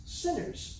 sinners